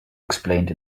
explained